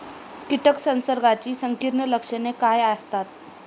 कीटक संसर्गाची संकीर्ण लक्षणे काय असतात?